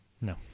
No